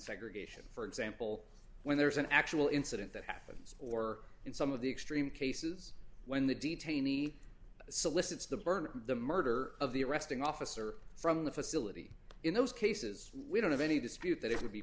segregation for example when there's an actual incident that happens or in some of the extreme cases when the detainee solicits the burn the murder of the arresting officer from the facility in those cases we don't have any dispute that it would be